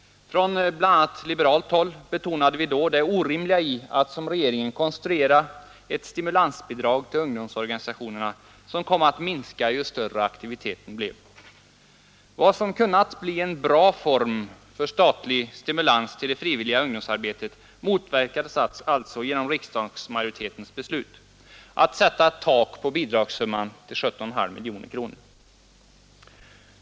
Från bl.a. liberalt håll betonades då det orimliga i att som regeringen konstruera ett stimulansbidrag till ungdomsorganisationerna som kom att minska ju större aktiviteten blev. Vad som kunnat bli en bra form för statlig stimulans till det frivilliga ungdomsarbetet motverkades alltså genom riksdagsmajoritetens beslut att sätta ett tak för bidragssumman vid 17,5 miljoner kronor.